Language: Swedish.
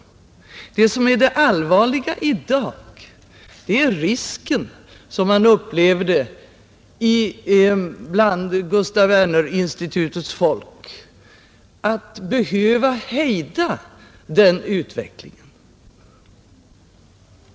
Det allvarliga i dag är risken, som man upplever det bland Gustaf Wernerinstitutets folk, att behöva hejda den utvecklingen.